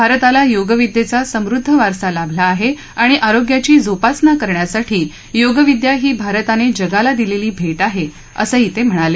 भारताला योगविद्येचा समृद्ध वारसा लाभला आहे आणि आरोग्याची जोपासना करण्यासाठी योगविद्या ही भारताने जगाला दिलेली भेट आहे असंही ते म्हणाले